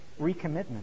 recommitment